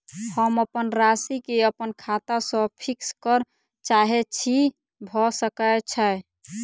हम अप्पन राशि केँ अप्पन खाता सँ फिक्स करऽ चाहै छी भऽ सकै छै?